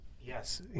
Yes